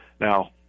Now